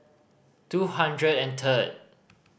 two hundred and third